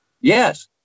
Yes